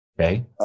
Okay